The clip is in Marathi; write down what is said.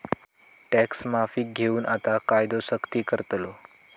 टॅक्स माफीक घेऊन आता कायदो सख्ती करतलो